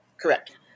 Correct